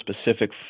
specific